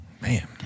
Man